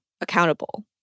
accountable